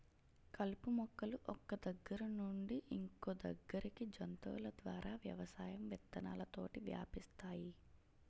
కలుపు మొక్కలు ఒక్క దగ్గర నుండి ఇంకొదగ్గరికి జంతువుల ద్వారా వ్యవసాయం విత్తనాలతోటి వ్యాపిస్తాయి